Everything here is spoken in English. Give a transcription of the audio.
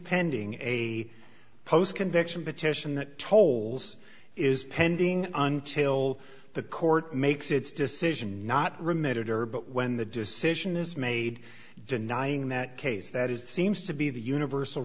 pending a post conviction petition that tolls is pending until the court makes its decision not remitted or but when the decision is made denying that case that is seems to be the universal